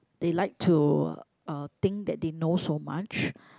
they like to uh think that they know so much